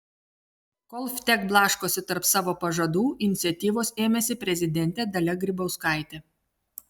kol vtek blaškosi tarp savo pažadų iniciatyvos ėmėsi prezidentė dalia grybauskaitė